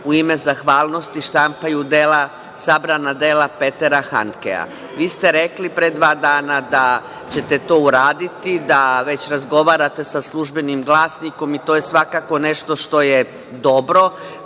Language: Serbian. u ime zahvalnosti štampaju sabrana dela Petera Handkea. Vi ste rekli pre dva dana da ćete to uraditi, da već razgovarate sa „Službenim glasnikom“ i to je svakako nešto što je dobro.